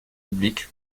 public